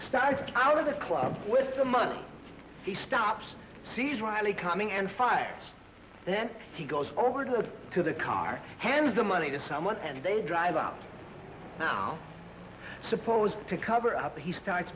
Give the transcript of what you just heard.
started out of the club with the money he stops sees riley coming and fires then he goes over to the to the car hands the money to someone and they drive out supposed to cover up he starts